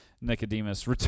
Nicodemus